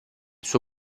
suo